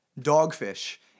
dogfish